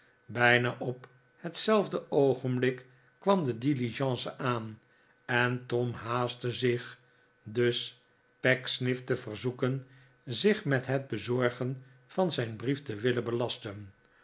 bijna op hetzelfde oogenblik kwam de diligence aan en tom haastte vzich dus pecksniff te verzoeken zich met het bezorgen van zijn brief te willen belasten